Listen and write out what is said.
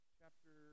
chapter